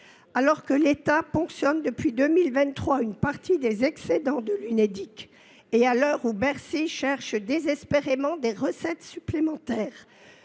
Alors que l’État ponctionne, depuis 2023, une partie des excédents de l’Unédic, et à l’heure où Bercy cherche désespérément des recettes supplémentaires,